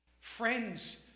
Friends